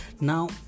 now